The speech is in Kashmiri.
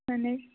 اَہَن حظ